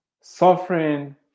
suffering